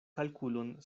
kalkulon